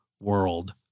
World